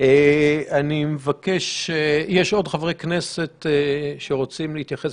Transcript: אם בכלי הזה יש יכולת לבוא ולסייע,